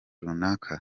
runaka